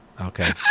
Okay